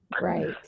Right